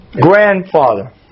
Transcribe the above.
grandfather